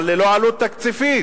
אבל ללא עלות תקציבית.